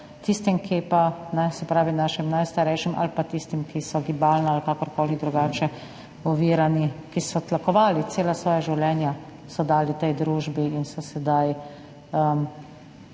mreža te podpore našim najstarejšim ali pa tistim, ki so gibalno ali kakorkoli drugače ovirani, ki so tlakovali, cela svoja življenja so dali tej družbi in so sedaj … vidite,